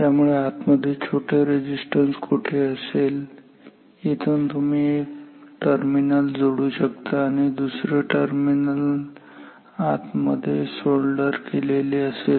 त्यामुळे आत मध्ये छोटे रेझिस्टन्स कुठे असेल येथून तुम्ही एक टर्मिनल जोडू शकता आणि दुसरे टर्मिनल आत मध्ये सोल्डर केलेले असेल